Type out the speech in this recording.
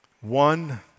One